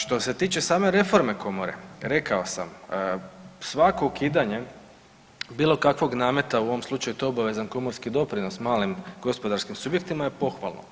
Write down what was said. Što se tiče same reforme komore, rekao sam, svako ukidanje, bilo kakvog nameta, u ovom slučaju to je obavezan komorski doprinos malim gospodarskim subjektima, je pohvalno.